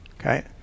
okay